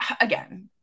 Again